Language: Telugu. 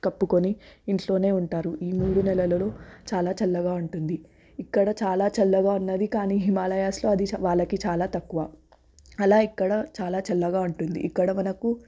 కప్పుకొని ఇంట్లోనే ఉంటారు ఈ మూడు నెలలలో చాలా చల్లగా ఉంటుంది ఇక్కడ చాలా చల్లగా ఉన్నది కానీ హిమాలయాస్లో అది వాళ్ళకి చాలా తక్కువ అలా ఇక్కడ చాలా చల్లగా ఉంటుంది ఇక్కడ మనకు